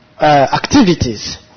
activities